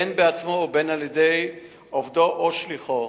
בין בעצמו או בין על-ידי עובדו או שליחו.